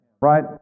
right